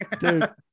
Dude